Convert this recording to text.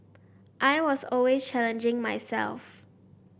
I was always challenging myself